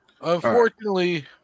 Unfortunately